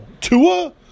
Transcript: Tua